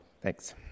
Thanks